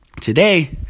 Today